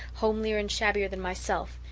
homelier and shabbier than myself.